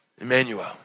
Emmanuel